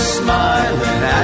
smiling